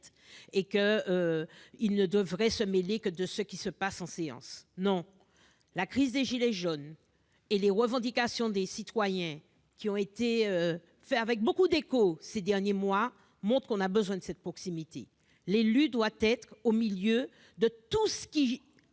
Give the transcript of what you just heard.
et qui ne devraient se mêler que de ce qui se passe en séance ! Non, la crise des « gilets jaunes » et les revendications des citoyens, qui ont eu beaucoup d'échos ces derniers mois, montrent que l'on a besoin de cette proximité. L'élu doit être au plus près de tout ce qui